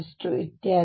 nx0±1±2 ಇತ್ಯಾದಿ